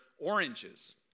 oranges